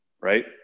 right